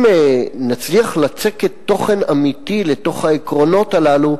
אם נצליח לצקת תוכן אמיתי לתוך העקרונות הללו,